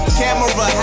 camera